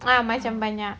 ah macam banyak